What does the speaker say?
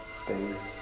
space